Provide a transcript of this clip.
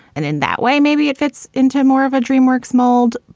and in that way, maybe it fits into more of a dreamworks mold.